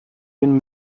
den